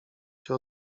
się